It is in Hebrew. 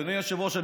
אדוני היושב-ראש,